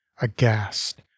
aghast